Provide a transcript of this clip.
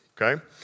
okay